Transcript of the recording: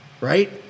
right